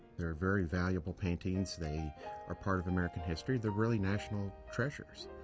they're very valuable paintings. they are part of american history. they're really national treasures.